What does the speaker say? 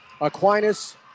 Aquinas